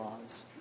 laws